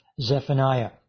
Zephaniah